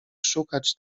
szukać